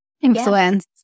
Influence